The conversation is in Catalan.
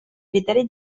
criteri